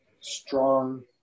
strong